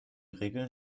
regeln